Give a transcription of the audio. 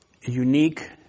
unique